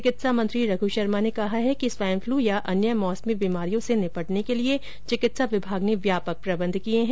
चिकित्सा मंत्री रघ् शर्मा ने कहा है कि स्वाइन फ्लू या अन्य मौसमी बीमारियों से निपटने के लिए चिकित्सा विभाग ने व्यापक प्रबंध किए हैं